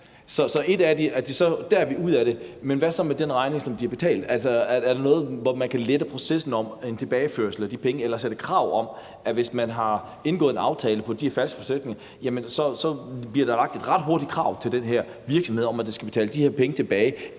Så der er de ude af det, men hvad så med den regning, som de har betalt? Altså, er der en måde, hvorpå man kan lette processen med en tilbageførsel af de penge eller indføre krav om, at hvis en virksomhed har indgået en aftale under falske forudsætninger, så bliver der ret hurtigt rejst et krav til den om, at den skal betale de her penge tilbage,